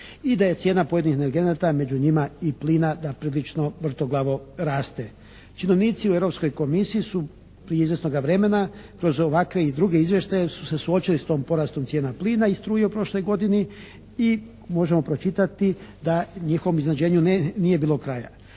i da cijena pojedinih energenata među njima i plina da prilično vrtoglavo raste. Činovnici u Europskoj komisiji su prije izvjesnoga vremena kroz ovakve i druge izvještaje su se suočili s tim porastom cijena plina i struje u prošloj godini i možemo pročitati da njihovom iznenađenju nije bilo kraja.